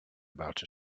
about